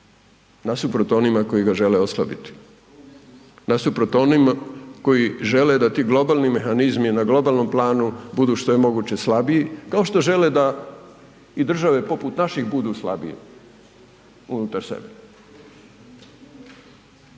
Nasuprot onima koji ga žele oslabiti. Nasuprot onima koji žene da ti globalni mehanizmi na globalnom planu budu što je mogu slabiji, kao što žele da i države, poput naših budu slabije unutar sebe